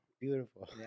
Beautiful